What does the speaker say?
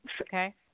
Okay